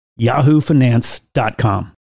yahoofinance.com